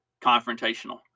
confrontational